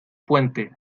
puente